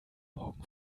morgen